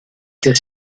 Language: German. des